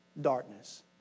darkness